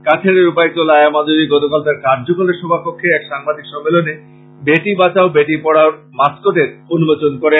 কাছাড়ের উপায়ুক্ত লায়া মাদুরী গতকাল তার কার্যালয়ের সভাকক্ষে এক সাংবাদিক সম্মেলনে বেটী বাচাও বেটী পড়াও এর ম্যাসকটের উন্মোচন করেন